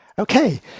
Okay